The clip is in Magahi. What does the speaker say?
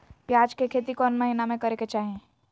प्याज के खेती कौन महीना में करेके चाही?